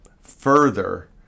further